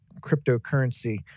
cryptocurrency